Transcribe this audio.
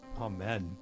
amen